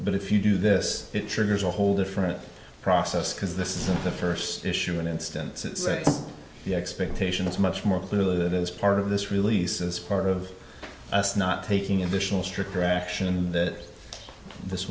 but if you do this it triggers a whole different process because this isn't the first issue an instance it's the expectation it's much more clearly that is part of this release is part of us not taking additional stricter action in that this